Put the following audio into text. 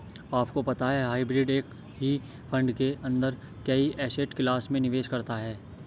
आपको पता है हाइब्रिड एक ही फंड के अंदर कई एसेट क्लास में निवेश करता है?